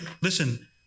listen